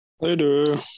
Later